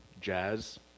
jazz